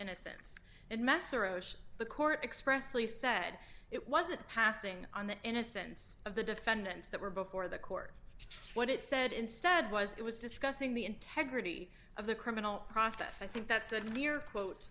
innocence and mesereau the court expressly said it wasn't passing on the innocence of the defendants that were before the court what it said instead was it was discussing the integrity of the criminal process i think that's a near quote